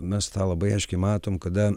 mes tą labai aiškiai matom kada